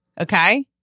Okay